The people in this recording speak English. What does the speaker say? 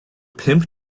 pimp